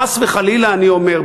חס וחלילה אני אומר,